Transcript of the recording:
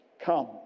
Come